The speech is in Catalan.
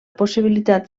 possibilitat